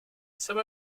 some